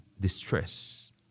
distress